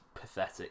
pathetic